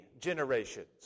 generations